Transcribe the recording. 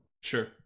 Sure